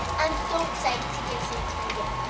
i'm so excited to give santa a gift!